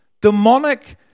demonic